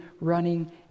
running